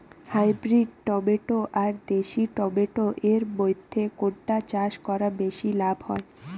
Hybrid tomato আর দেশি tomato এর মইধ্যে কোনটা চাষ করা বেশি লাভ হয়?